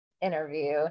interview